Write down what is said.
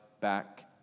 back